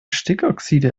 stickoxide